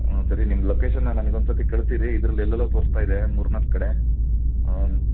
ಹ್ಞೂ ಸರಿ ನಿಮ್ಮ ಲೊಕೇಷನನ್ನು ನನಗೆ ಇನ್ನೊಂದು ಸತಿ ಕಳಿಸಿರಿ ಇದರಲ್ಲಿ ಎಲ್ಲೆಲ್ಲೋ ತೋರಿಸ್ತಾ ಇದೆ ಮೂರು ನಾಲ್ಕು ಕಡೆ ಹ್ಞೂ